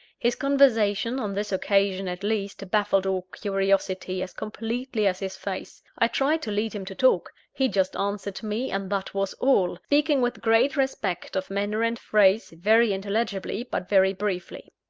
his conversation, on this occasion at least, baffled all curiosity as completely as his face. i tried to lead him to talk. he just answered me, and that was all speaking with great respect of manner and phrase, very intelligibly, but very briefly.